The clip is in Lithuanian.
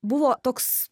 buvo toks